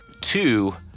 two